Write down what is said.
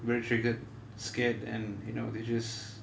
very triggered scared and you know they just